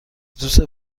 اتوبوس